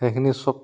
সেইখিনি চব